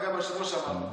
וגם היושב-ראש אמר את